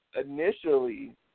Initially